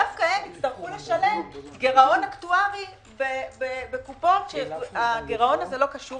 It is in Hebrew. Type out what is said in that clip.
דווקא הן יצטרכו לשלם גירעון אקטוארי בקופות שהגירעון הזה שלא קשור